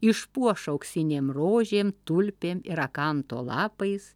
išpuoš auksinėm rožėm tulpėm ir akanto lapais